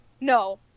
No